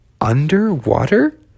underwater